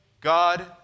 God